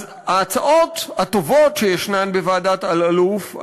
אז ההצעות הטובות שיש בוועדת אלאלוף,